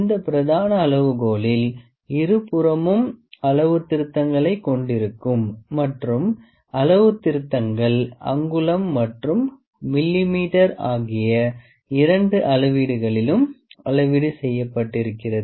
இந்த பிரதான அளவுகோலில் இருபுறமும் அளவுத்திருத்தங்களைக் கொண்டிருக்கும் மற்றும் அளவுத்திருத்தங்கள் அங்குலம் மற்றும் மில்லிமீட்டர் ஆகிய இரண்டு அளவீடுகளிலும் அளவீடு செய்யப்பட்டிருக்கிறது